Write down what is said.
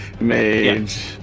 Mage